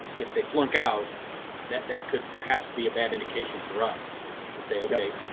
if they flunk out that, that could perhaps be a bad indication for us to say ok,